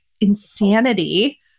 Insanity